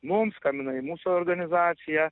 mums skambina į mūsų organizaciją